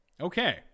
Okay